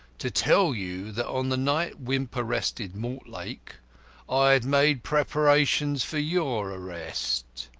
to tell you that on the night wimp arrested mortlake i had made preparations for your arrest.